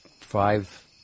five